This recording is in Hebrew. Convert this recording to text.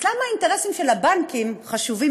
אז למה האינטרסים של הבנקים חשובים